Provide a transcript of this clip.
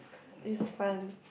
is fun